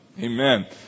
Amen